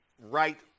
right